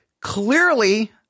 Clearly